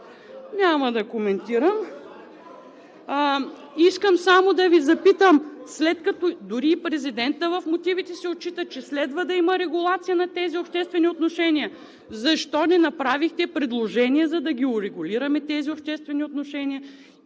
Няма да коментирам. Искам само да Ви запитам – след като дори президентът в мотивите си отчита, че следва да има регулация на тези обществени отношения, защо не направихте предложение, за да ги урегулираме тези обществени отношения